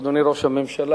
אדוני ראש הממשלה,